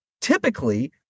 typically